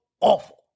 awful